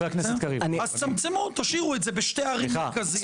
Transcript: תשאירו את זה בשתי ערים מרכזיות.